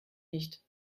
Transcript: nicht